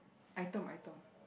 item item